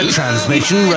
Transmission